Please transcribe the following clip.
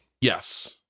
Yes